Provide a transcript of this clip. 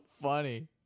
funny